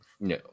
No